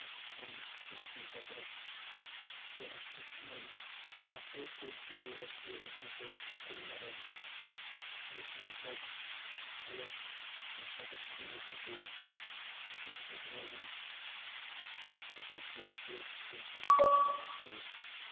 اَسہِ چھُ کُن گژھُن چَکرَس تہٕ اَسہِ وۄنۍ مَشوَر کوٚر سُہ کوٚر اَسہِ یہِ أسۍ گژھو گُلمرٕگ یُس لَگ بَگ شیٹھ ٹُہ سَتَتھ کِلوٗ میٖٹَر دوٗر چھُ ییٚتہِ أسۍ روزان چھُ سُہ چھُ تَتہِ پٮ۪ٹھ شیٹھ ٹُہ سَتَتھ کِلوٗ میٖٹَر دوٗر